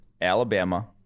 Alabama